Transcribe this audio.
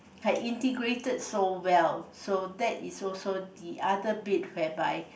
her integrated so well so that is also the other bit whereby